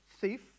thief